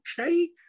okay